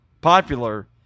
popular